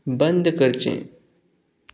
बंद करचें